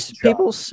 people